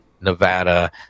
nevada